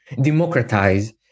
democratize